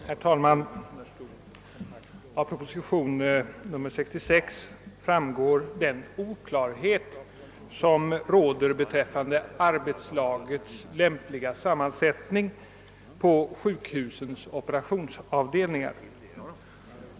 Herr talman! Av proposition nr 66 framgår den oklarhet som råder beträffande arbetslagets lämpliga sammansättning på sjukhusens operationsavdelning ar.